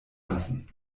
lassen